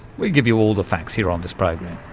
we give you all the facts here on this program.